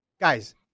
Guys